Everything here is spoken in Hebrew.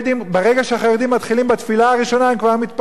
ברגע שהחרדים מתחילים בתפילה הראשונה הם כבר מתפרעים.